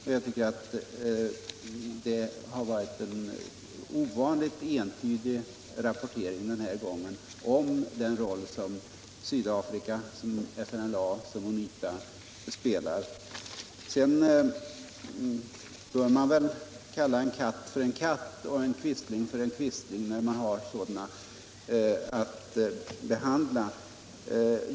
Jag tycker det har varit en ovanligt entydig rapportering den här gången om den roll som Sydafrika, FNLA och UNITA spelar. Sedan bör man väl kalla en katt för en katt och en quisling för en quisling när man har att behandla sådana.